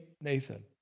Nathan